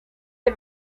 les